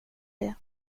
det